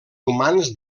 humans